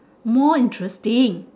more interesting